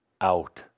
out